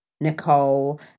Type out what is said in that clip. Nicole